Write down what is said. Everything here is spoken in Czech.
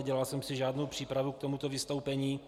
Nedělal jsem si žádnou přípravu k tomuto vystoupení.